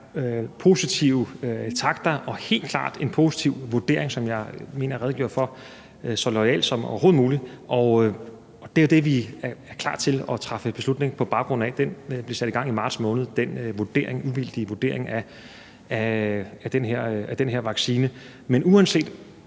positive takter og helt klart en positiv vurdering, som jeg mener jeg redegjorde for så loyalt som overhovedet muligt. Og det er det, vi er klar til at træffe beslutning på baggrund af. Den uvildige vurdering af den her vaccine blev sat